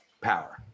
power